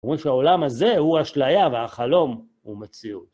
אומרים שהעולם הזה הוא אשליה והחלום הוא מציאות.